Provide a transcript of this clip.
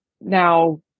Now